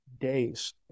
days